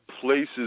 places